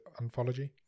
anthology